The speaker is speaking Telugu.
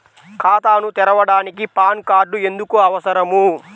ఖాతాను తెరవడానికి పాన్ కార్డు ఎందుకు అవసరము?